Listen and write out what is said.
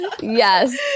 Yes